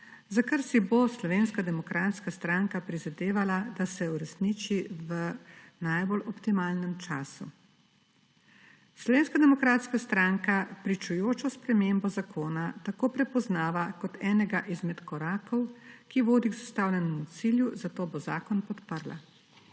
kar si bo Slovenske demokratska stranka prizadevala, da se uresniči na najbolj optimalnem času. Slovenske demokratska stranka pričujočo spremembo zakona tako prepoznava kot enega izmed korakov, ki vodi k zastavljenemu cilju, zato bo zakon podprla.